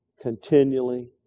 continually